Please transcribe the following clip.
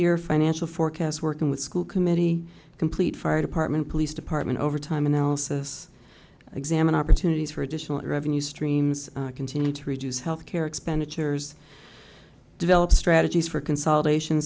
year financial forecasts working with school committee complete fire department police department overtime analysis examine opportunities for additional revenue streams continue to reduce health care expenditures develop strategies for consolidation